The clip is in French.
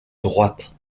droite